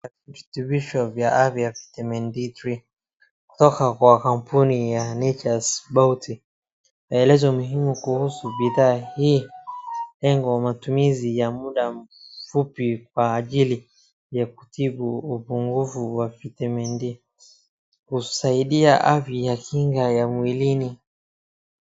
Virutobisho ya vitamin D three kutoka kwa kampuni ya Nature's Bounty . Naeleza umuhimu kuhusu bidhaa hii, lengo la matumizi ya muda mfupi kwa ajili ya kutibu upungufu wa vitamin D . Kusaidia afya ya kinga ya mwilini.